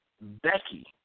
Becky